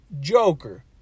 joker